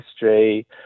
history